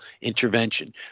intervention